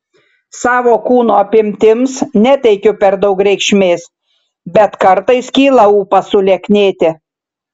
savo kūno apimtims neteikiu per daug reikšmės bet kartais kyla ūpas sulieknėti